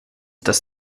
das